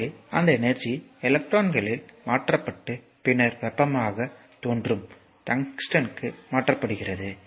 எனவே அந்த எனர்ஜி எலக்ட்ரான்களில் மாற்றப்பட்டு பின்னர் வெப்பமாக தோன்றும் டங்ஸ்டனுக்கு மாற்றப்படுகிறது